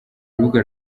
rubuga